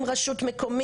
אם זו רשות מקומית,